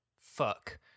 Fuck